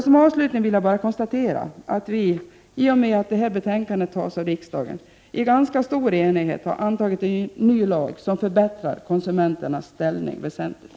Som avslutning vill jag bara konstatera att vi — i och med att detta förslag antas av riksdagen — i ganska stor enighet har antagit en ny lag som väsentligt förbättrar konsumenternas ställning.